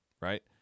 right